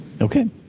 Okay